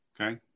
Okay